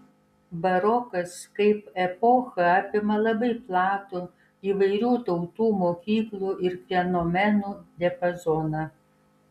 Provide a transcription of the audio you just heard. barokas kaip epocha apima labai platų įvairių tautų mokyklų ir fenomenų diapazoną